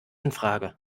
infrage